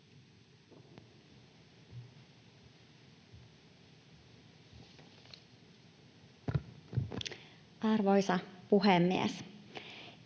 Arvoisa puhemies!